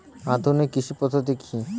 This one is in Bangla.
আধুনিক কৃষি পদ্ধতি কী?